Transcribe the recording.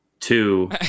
two